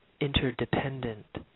interdependent